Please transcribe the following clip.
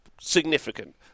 Significant